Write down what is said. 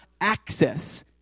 access